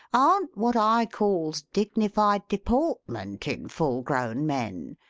aren't what i calls dignified deportment in full-grown men,